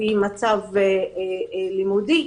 לפי מצב לימודי?